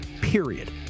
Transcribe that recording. Period